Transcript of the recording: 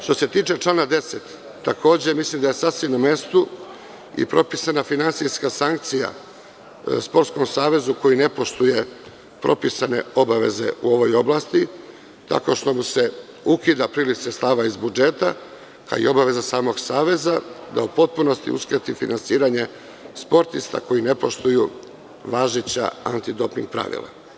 Što se tiče člana 10, takođe mislim da je sasvim na mestu i propisana finansijska sankcija Sportskom savezu koji ne poštuje propisane obaveze u ovoj oblasti, tako što mu se ukida priliv sredstava iz budžeta, kao i obaveza samog Saveza da u potpunosti uskrati finansiranje sportista koji ne poštuju važeća anti doping pravila.